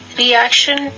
reaction